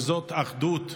וזה אחדות,